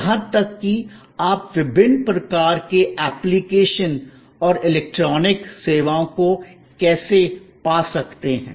यहां तक कि आप विभिन्न प्रकार के एप्लिकेशन और इलेक्ट्रॉनिक सेवाओं को कैसे पा सकते हैं